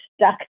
stuck